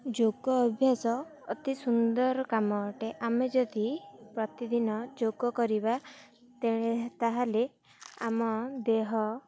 ଯୋଗ ଅଭ୍ୟାସ ଅତି ସୁନ୍ଦର କାମ ଅଟେ ଆମେ ଯଦି ପ୍ରତିଦିନ ଯୋଗ କରିବା ତେଣେ ତା'ହେଲେ ଆମ ଦେହ